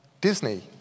Disney